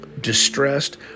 distressed